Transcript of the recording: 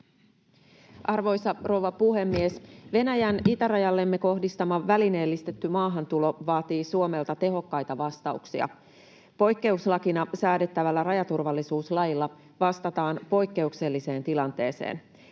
Arvoisa rouva puhemies! Venäjän itärajallemme kohdistama välineellistetty maahantulo vaatii Suomelta tehokkaita vastauksia. Poikkeuslakina säädettävällä rajaturvallisuuslailla vastataan poikkeukselliseen tilanteeseen.